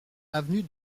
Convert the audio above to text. avenue